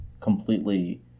completely